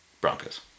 Broncos